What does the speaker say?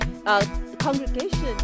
Congregation